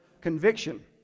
conviction